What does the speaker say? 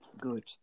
good